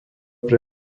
pre